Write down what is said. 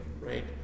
right